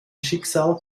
schicksal